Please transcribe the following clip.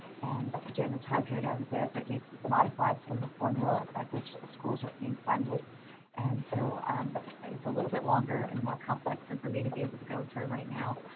and during the time period i was there, they've modified some of the formula by which the schools are being funded and so um it's a little bit longer and more complex and for me to be able to go through right now,